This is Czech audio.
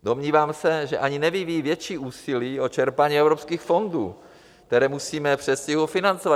Domnívám se, že ani nevyvíjí větší úsilí o čerpání evropských fondů, které musíme v předstihu financovat.